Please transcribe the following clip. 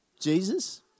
Jesus